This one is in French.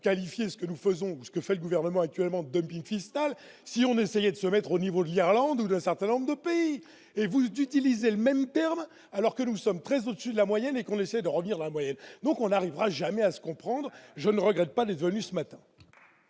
qualifié ce que nous faisons ce que fait le gouvernement actuellement de Billy Crystal si on essayait de se mettre au niveau de l'Irlande ou d'un certain nombre de pays et vous êtes utilisé le même terme alors que nous sommes très au-dessus de la moyenne et qu'on essaie de revenir dans la moyenne, donc on n'arrivera jamais à se comprendre, je ne regrette pas d'être venu ce matin.